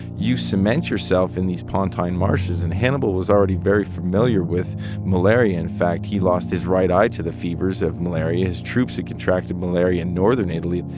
you cement yourself in these pontine marshes. and hannibal was already very familiar with malaria. in fact, he lost his right eye to the fevers of malaria. his troops had contracted malaria in northern italy.